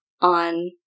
on